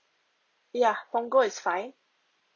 ya punggol is fine